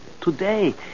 Today